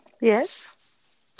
yes